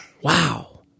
Wow